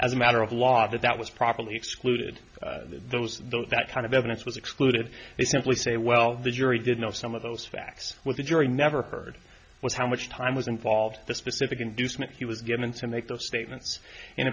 as a matter of law that that was properly excluded those those that kind of evidence was excluded they simply say well the jury did know some of those facts with the jury never heard was how much time was involved the specific inducement he was given to make those statements and